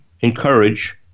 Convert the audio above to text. encourage